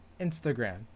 instagram